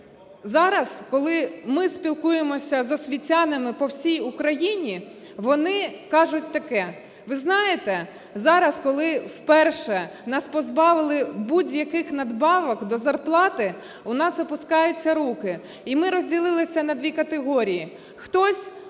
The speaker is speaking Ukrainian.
Зараз, коли ми спілкуємось з освітянами по всій Україні, вони кажуть таке: "Ви знаєте, зараз, коли вперше нас позбавили будь-яких надбавок до зарплати, у нас опускаються руки. І ми розділися на дві категорії. Хтось уїжджає